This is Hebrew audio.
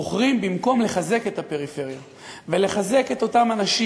בוחרים במקום לחזק את הפריפריה ולחזק את אותם אנשים,